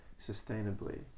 sustainably